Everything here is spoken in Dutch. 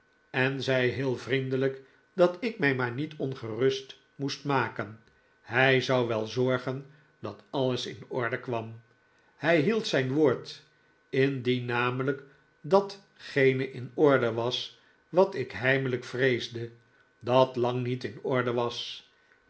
en zei heel vriendelijk dat ik mij maar niet ongerust moest maken hij zou wel zorgen dat alles in orde kwam hij hield zijn woord indien namelijk datgene in orde was wat ik heimelijk vreesde dat lang niet in orde was